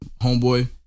Homeboy